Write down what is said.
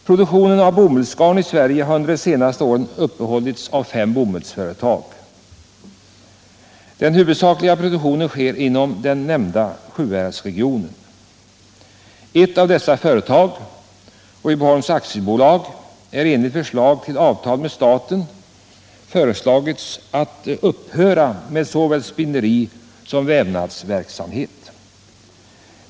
Produktionen av bomullsgarn i Sverige har under de senaste åren upprätthållits av fem bomullsföretag. Huvuddelen av produktionen sker inom den nämnda Sjuhäradsregionen. Ett av dessa företag, Rydboholms AB, har enligt ett förslag till avtal med staten föreslagits upphöra med såväl spinnerisom vävnadsverksamhet.